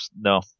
no